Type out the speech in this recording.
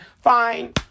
fine